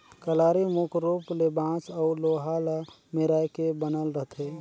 कलारी मुख रूप ले बांस अउ लोहा ल मेराए के बनल रहथे